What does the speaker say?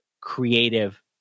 creative